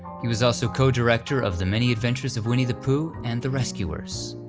he was also co-director of the many adventures of winnie the pooh, and the rescuers.